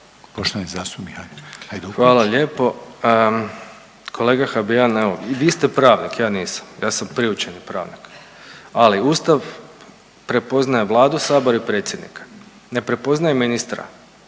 Domagoj (Nezavisni)** Hvala lijepo. Kolega Habijan i vi ste pravnik, ja nisam, ja sam priučeni pravnik. Ali Ustav prepoznaje Vladu, sabor i predsjednika. Ne prepoznaje ministra